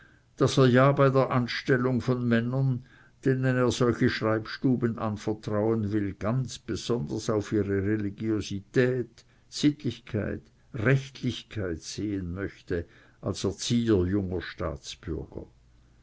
daß er ja bei der anstellung von männern denen er solche schreibstuben anvertrauen will ganz besonders auf ihre religiosität sittlichkeit rechtlichkeit sehen möchte als erzieher junger staatsbürger